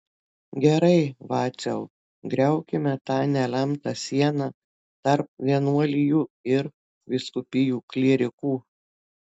gerai vaciau griaukime tą nelemtą sieną tarp vienuolijų ir vyskupijų klierikų